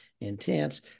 intense